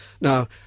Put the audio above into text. Now